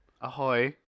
Ahoy